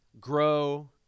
grow